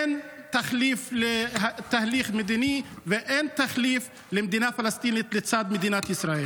אין תחליף לתהליך מדיני ואין תחליף למדינה פלסטינית לצד מדינת ישראל.